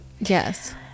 yes